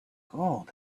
gold